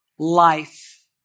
Life